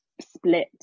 split